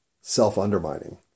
self-undermining